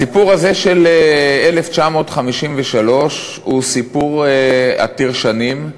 הסיפור הזה של 1953 הוא סיפור עתיר שנים,